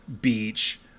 beach